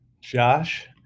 Josh